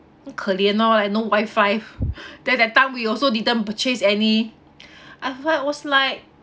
很可怜 lor like no wifi then that time we also didn't purchase any I I was like